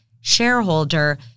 shareholder